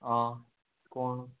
आं कोण